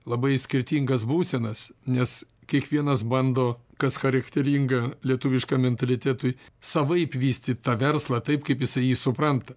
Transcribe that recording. labai skirtingas būsenas nes kiekvienas bando kas charakteringa lietuviškam mentalitetui savaip vystyti tą verslą taip kaip jisai jį supranta